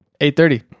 8.30